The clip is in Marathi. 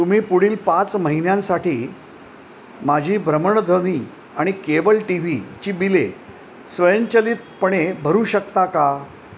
तुम्ही पुढील पाच महिन्यांसाठी माझी भ्रमणध्वनी आणि केबल टी व्हीची बिले स्वयंचलितपणे भरू शकता का